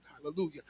Hallelujah